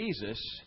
Jesus